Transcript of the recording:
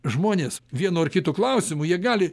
žmonės vienu ar kitu klausimu jie gali